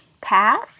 Path